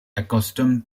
accustomed